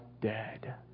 dead